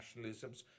nationalisms